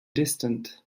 distant